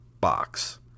box